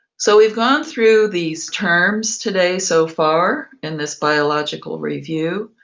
so we've gone through these terms today so far in this biological review.